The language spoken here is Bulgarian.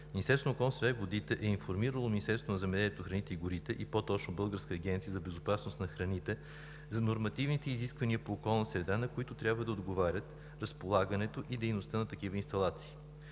Министерството на околната среда и водите е информирало Министерството на земеделието, храните и горите и по-точно Българската агенция за безопасност на храните за нормативните изисквания по околна среда, на които трябва да отговарят разполагането и дейността на такива инсталации.